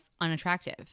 unattractive